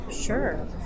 Sure